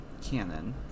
canon